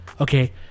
Okay